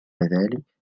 ذلك